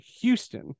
Houston